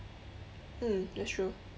mm that's true